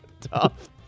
tough